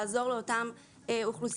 לעזור לאותה אוכלוסייה.